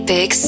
Big